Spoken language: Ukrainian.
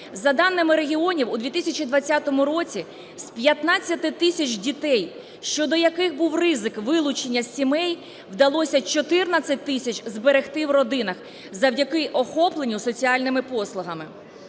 За даними регіонів, у 2020 році з 15 тисяч дітей, щодо яких був ризик вилучення з сімей, вдалося 14 тисяч зберегти в родинах завдяки охопленню соціальними послугами.